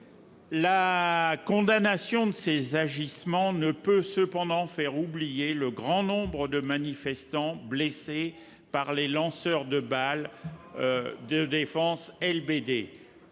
La condamnation de ces agissements ne saurait cependant occulter le grand nombre de manifestants blessés par des tirs de lanceurs de balles de défense, ou LBD.